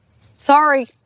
sorry